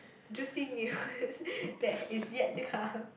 juicy news that is yet to come